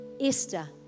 Esther